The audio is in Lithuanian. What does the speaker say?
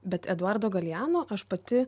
bet eduardo galeano aš pati